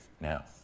now